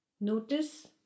Notice